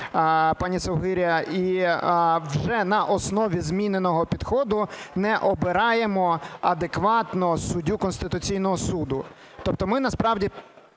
пані Совгиря, і вже на основі зміненого підходу не обираємо адекватно суддю Конституційного Суду. Тобто ми насправді